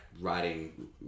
writing